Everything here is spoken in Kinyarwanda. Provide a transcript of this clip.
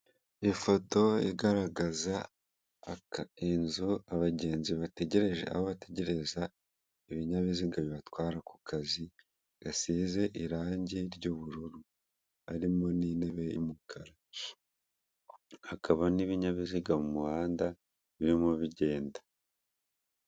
Ifoto igaragaza inzu abagenzi aho bategereza ibinyabiziga bibatwara ku kazi gasize irangi ry'ubururu harimo n'intebe y'umukara, hakaba n'ibinyabiziga mu muhanda birimo bigenda.